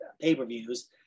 pay-per-views